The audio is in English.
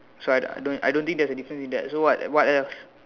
so I don't I don't think there's a difference in that so what else